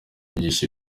yigisha